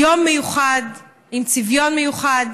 יום מיוחד, עם צביון מיוחד.